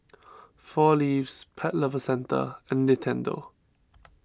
four Leaves Pet Lovers Centre and Nintendo